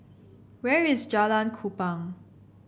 where is Jalan Kupang